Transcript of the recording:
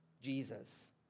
Jesus